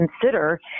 consider